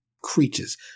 creatures